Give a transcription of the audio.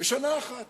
בשנה אחת.